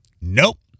Nope